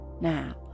Now